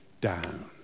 down